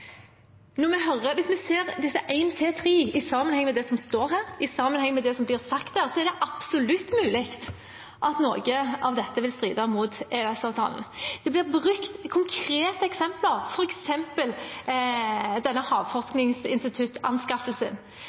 i innstillingen, og i sammenheng med det som blir sagt her, er det absolutt mulig at noe av dette vil stride imot EØS-avtalen. Det blir brukt konkrete eksempler, f.eks. denne